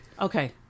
okay